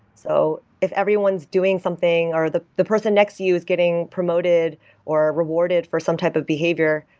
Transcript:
so if everyone is doing something, or the the person next to you is getting promoted or rewarded for some type of behavior,